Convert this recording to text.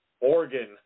Oregon